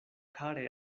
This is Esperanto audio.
kare